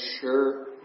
sure